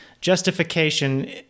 justification